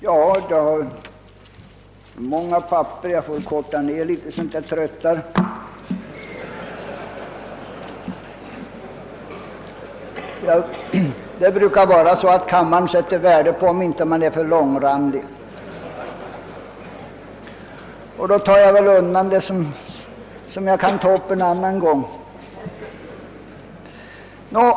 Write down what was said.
Jag har många ytterligare anteck ningar, men jag skall förkorta mitt anförande något så att jag inte tröttar kammarens ledamöter, som brukar sätta värde på att man inte är för långrandig. Därför lägger jag undan det som jag kan ta upp en annan gång.